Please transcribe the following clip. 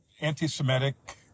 anti-Semitic